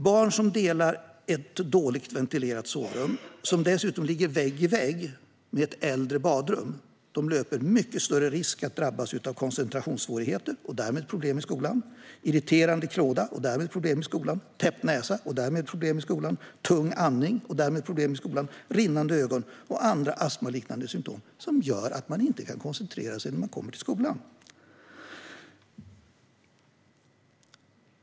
Barn som delar på ett dåligt ventilerat sovrum, som dessutom ligger vägg i vägg med ett äldre badrum, löper mycket större risk att drabbas av koncentrationssvårigheter, och därmed problem i skolan, av irriterande klåda, och därmed problem i skolan, av täppt näsa, och därmed problem i skolan, av tung andning, och därmed problem i skolan, av rinnande ögon och av andra astmaliknande symtom som gör att de inte kan koncentrera sig när de kommer till skolan.